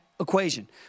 equation